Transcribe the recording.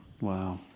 Wow